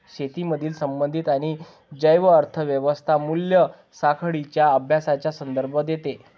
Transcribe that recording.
शेतीमधील संबंधित आणि जैव अर्थ व्यवस्था मूल्य साखळींच्या अभ्यासाचा संदर्भ देते